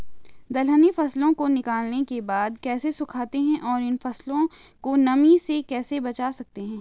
दलहनी फसलों को निकालने के बाद कैसे सुखाते हैं और इन फसलों को नमी से कैसे बचा सकते हैं?